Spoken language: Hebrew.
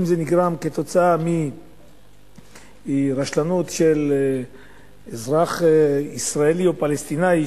אם זה נגרם בגלל רשלנות של אזרח ישראלי או פלסטיני,